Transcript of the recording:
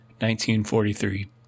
1943